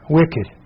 wicked